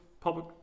public